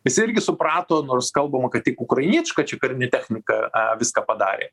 visi irgi suprato nors kalbama kad tik ukrainietiška čia karinė technika a viską padarė